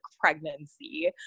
pregnancy